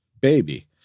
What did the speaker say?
baby